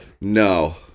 No